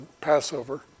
Passover